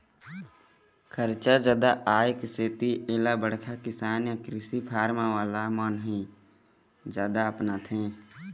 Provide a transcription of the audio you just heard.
खरचा जादा आए के सेती एला बड़का किसान य कृषि फारम वाला मन ह जादा अपनाथे